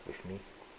with me